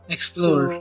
Explore